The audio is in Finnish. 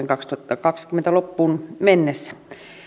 vuoden kaksituhattakaksikymmentä loppuun mennessä